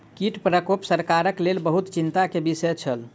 कीट प्रकोप सरकारक लेल बहुत चिंता के विषय छल